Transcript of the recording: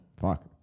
Fuck